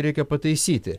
reikia pataisyti